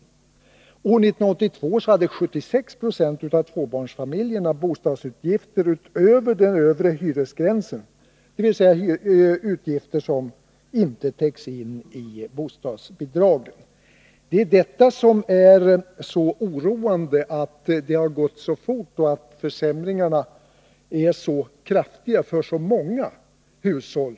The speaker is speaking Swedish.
År 1982 hade 76 96 av tvåbarnsfamiljerna bostadsutgifter som gick över den övre hyresgränsen, dvs. utgifter som inte täcks av bostadsbidragen. Det är oroande att det har gått så fort och att försämringarna är så kraftiga för så många hushåll.